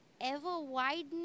ever-widening